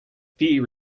fear